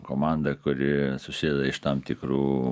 komanda kuri susideda iš tam tikrų